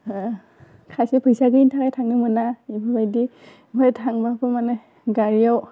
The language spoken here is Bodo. होह खायसे फैसानि थाखाय थांनो मोना इफोरबायदि ओमफाय थांनायखौ मानि गारियाव